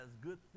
good